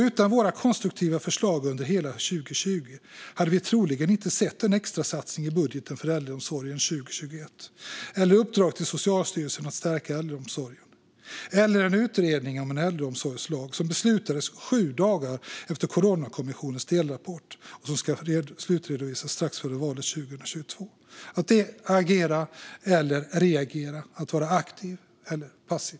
Utan våra konstruktiva förslag under hela 2020 hade vi troligen inte sett en extrasatsning i budgeten för äldreomsorgen 2021, uppdraget till Socialstyrelsen att stärka äldreomsorgen eller utredningen om en äldreomsorgslag, som beslutades sju dagar efter Coronakommissionens delrapport och som ska slutredovisas strax före valet 2022. Det handlar om att agera eller reagera och om att vara aktiv eller passiv.